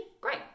great